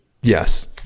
Yes